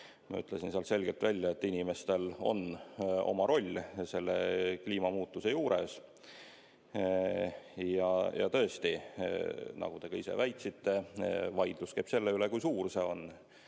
Ma ütlesin seal selgelt välja, et inimestel on oma roll kliimamuutuse juures. Ja tõesti, nagu te ise väitsite, vaidlus käib selle üle, kui suur see on.